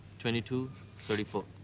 twenty two thirty four.